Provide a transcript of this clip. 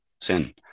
sin